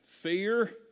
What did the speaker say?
fear